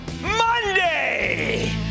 Monday